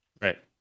Right